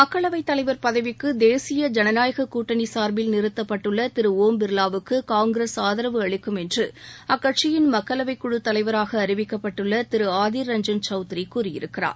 மக்களவைத் தலைவர் பதவிக்கு தேசிய ஜனநாயக கூட்டணி சார்பில் நிறுத்தப்பட்டுள்ள திரு ஒம் பிர்வாவுக்கு காங்கிரஸ் ஆதரவு அளிக்கும் என்று அக்கட்சியின் மக்களவை குழுத் தலைவராக அறிவிக்கப்பட்டுள்ள திரு ஆதிர் ரஞ்சன் சவுத்ரி கூறியிருக்கிறார்